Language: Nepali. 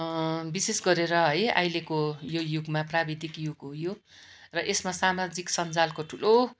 विशेष गरेर है अहिलेको यो युगमा प्राविधिक युग हो यो र यसमा सामाजिक सञ्जालको ठुलो